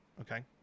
Okay